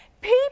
People